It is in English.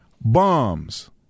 bombs